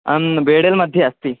आं बेडेल् मध्ये अस्ति